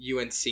UNC